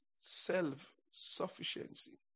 self-sufficiency